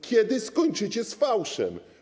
Kiedy skończycie z fałszem?